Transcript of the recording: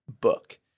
book